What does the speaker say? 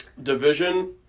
Division